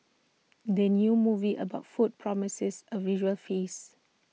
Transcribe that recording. the new movie about food promises A visual feast